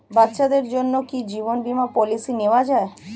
বাচ্চাদের জন্য কি জীবন বীমা পলিসি নেওয়া যায়?